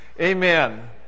Amen